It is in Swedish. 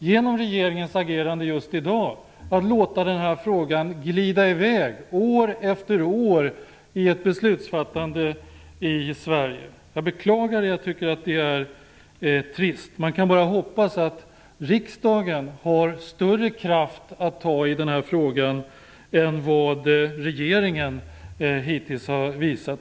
Genom regeringens agerande är vi nu i färd med att i dag låta frågan glida i väg år efter år i ett beslutsfattande i Sverige. Jag beklagar det, och jag tycker att det är trist. Man kan bara hoppas att riksdagen har större kraft att ta i den här frågan än vad regeringen hittills har visat.